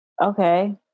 okay